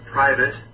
private